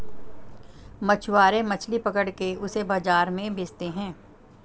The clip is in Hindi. मछुआरे मछली पकड़ के उसे बाजार में बेचते है